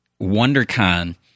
WonderCon